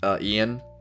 Ian